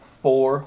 four